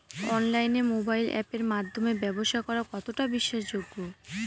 অনলাইনে মোবাইল আপের মাধ্যমে ব্যাবসা করা কতটা বিশ্বাসযোগ্য?